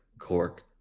Cork